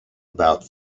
about